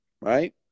Right